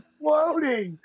floating